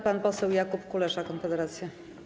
Pan poseł Jakub Kulesza, Konfederacja.